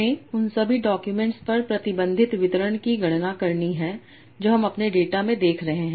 हमें उन सभी डाक्यूमेंट्स पर प्रतिबंधित वितरण की गणना करनी है जो हम अपने डेटा में देख रहे हैं